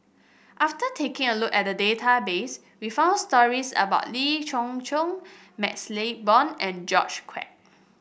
after taking a look at the database we found stories about Lee Khoon Choy MaxLe Blond and George Quek